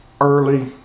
early